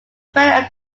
spread